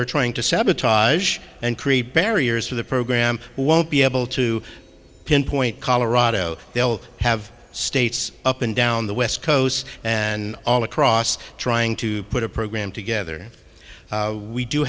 are trying to sabotage and create barriers to the program won't be able to pinpoint colorado they'll have states up and down the west coast and all across trying to put a program together we do